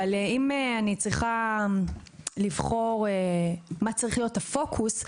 אם אני צריכה לבחור מה צריך להיות הפוקוס,